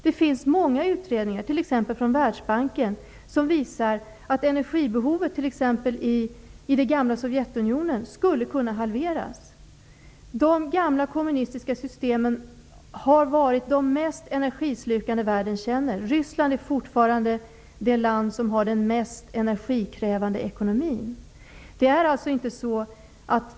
Det finns många utredningar, bl.a. av Världsbanken, som visar att energibehovet t.ex. i det gamla Sovjetunionen skulle kunna halveras. De gamla kommunistiska systemen har varit de mest energislukande världen känner. Ryssland är fortfarande det land som har den mest energikrävande industrin.